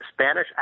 Spanish